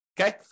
Okay